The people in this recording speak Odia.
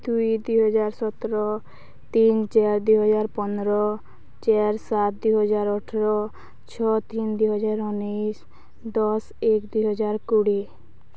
ଦୁଇ ଦୁଇହଜାର ସତର ତିନି ଚାରି ଦୁଇହଜାର ପନ୍ଦର ଚାରି ସାତ ଦୁଇହଜାର ଅଠର ଛଅ ତିନି ଦୁଇହଜାର ଉଣେଇଶ ଦଶ ଏକ ଦୁଇହଜାର କୋଡ଼ିଏ